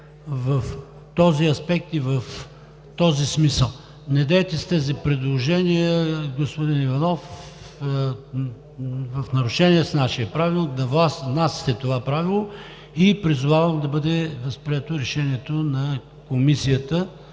в този аспект и в този смисъл. Недейте с тези предложения, господин Иванов, в нарушение на нашия Правилник, да внасяте това правило и призовавам да бъде възприето решението на Комисията